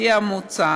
לפי המוצע,